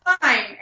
fine